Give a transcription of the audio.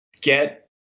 get